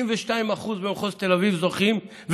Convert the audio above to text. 92% במחוז תל אביב זוכים,